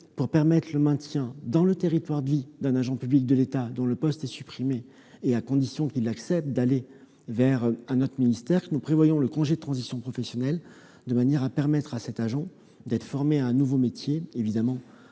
pour permettre le maintien dans son territoire de vie d'un agent public de l'État dont le poste est supprimé et à condition qu'il accepte d'aller dans un autre ministère que nous prévoyons le congé de transition professionnelle de manière à faire en sorte que cet agent soit formé à un nouveau métier. Il va sans